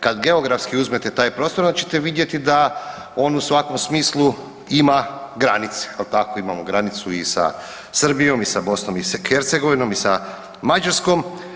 Kad geografski uzmete taj prostor onda ćete vidjeti da on u svakom smislu ima granice, jel tako, imamo granicu i sa Srbijom i sa BiH i sa Mađarskom.